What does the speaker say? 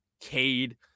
Cade